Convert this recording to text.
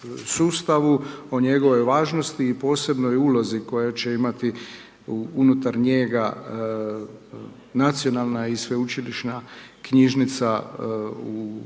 o njegovoj važnosti i posebnoj ulozi koju će imati unutar njega Nacionalna i sveučilišna knjižnica u